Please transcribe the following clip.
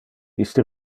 iste